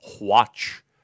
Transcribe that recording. watch